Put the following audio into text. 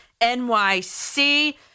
NYC